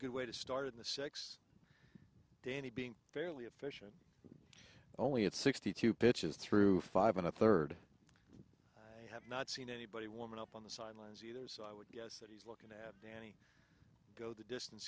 good way to start in the six danny being fairly efficient only at sixty two pitches through five and a third have not seen anybody woman up on the sidelines either so i would guess that he's not had any go the distance